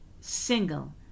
single